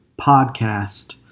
podcast